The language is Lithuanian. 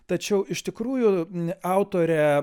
tačiau iš tikrųjų autorė